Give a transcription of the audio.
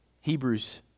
Hebrews